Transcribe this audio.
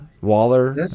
Waller